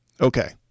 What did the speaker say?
Okay